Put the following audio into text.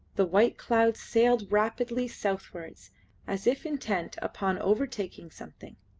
the white clouds sailed rapidly southwards as if intent upon overtaking something.